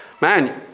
Man